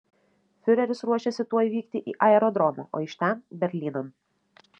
fiureris ruošėsi tuoj vykti į aerodromą o iš ten berlynan